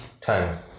time